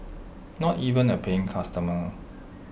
not even A paying customer